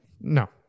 no